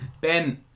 Ben